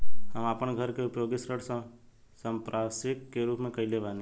हम आपन घर के उपयोग ऋण संपार्श्विक के रूप में कइले बानी